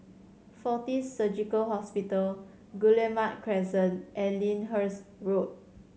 Fortis Surgical Hospital Guillemard Crescent and Lyndhurst Road